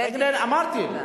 לענייני עבודה.